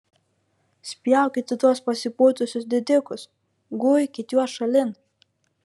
spjaukit į tuos pasipūtusius didikus guikit juos šalin